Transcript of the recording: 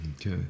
Okay